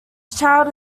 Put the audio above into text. child